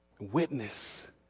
witness